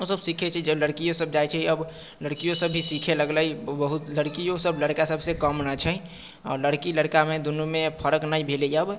ओ सभ सीखैत छै अब लड़कियोसभ जाइत छै अब लड़कियोसभ भी सीखय लगलै बहुत लड़कियोसभ लड़कासभसँ कम न छै आ लड़की लड़कामे दुनूमे अब फर्क न भेलै आब